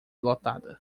lotada